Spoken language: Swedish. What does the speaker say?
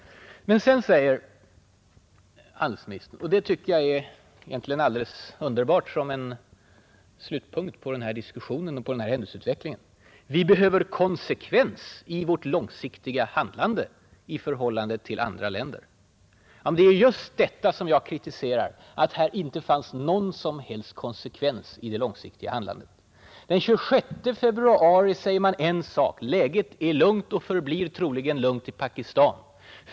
Men sedan säger handelsministern något som jag tycker är en underbar slutpunkt på den här diskussionen: Vi behöver konsekvens i vårt långsiktiga handlande i förhållande till andra länder. Ja, men det är ju just en av principerna för vapenexport detta som jag kritiserar, att här inte fanns någon som helst konsekvens i det långsiktiga handlandet. Den 26 februari säger man: Läget är lugnt och förblir troligen lugnt i Pakistan.